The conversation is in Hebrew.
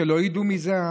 שלא ידעו מזה,